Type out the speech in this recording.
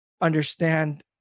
understand